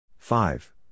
Five